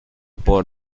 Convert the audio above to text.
por